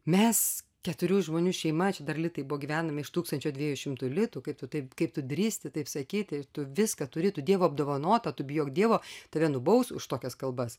mes keturių žmonių šeima čia dar litai buvo gyvename iš tūkstančio dviejų šimtų litų kaip tu taip kaip tu drįsti taip sakyti tu viską turi tu dievo apdovanota tu bijok dievo tave nubaus už tokias kalbas